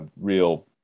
real